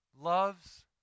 loves